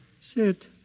Sit